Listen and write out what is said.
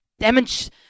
damage